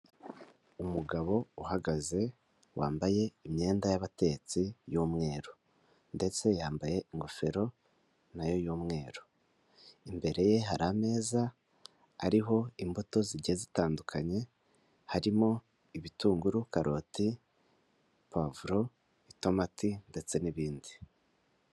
Umugabo uhagaze wambaye imyenda y'ababatetsi y'umweru ndetse yambaye ingofero nayo y'umweru imbere ye hari ameza ariho imbuto zijya zitandukanye harimo ibitunguru, karoti, pavuro itomati ndetse n'ibindi.